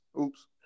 Oops